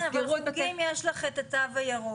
כן, אבל בחוגים יש את התו הירוק.